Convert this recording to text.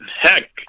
heck